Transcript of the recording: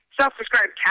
self-prescribed